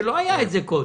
שלא היה את זה קודם.